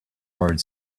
heart